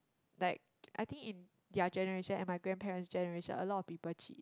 like I think in their generation and my grandparent's generation a lot of people cheat